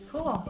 Cool